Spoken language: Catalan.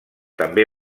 també